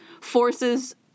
forces—